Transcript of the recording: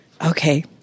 Okay